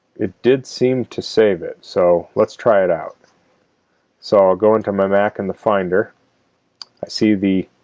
it did seem to save it, so let's try it out so i'll go into my mac and the finder i see the